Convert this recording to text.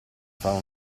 farmi